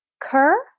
cur